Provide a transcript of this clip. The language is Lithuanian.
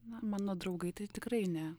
na mano draugai tai tikrai ne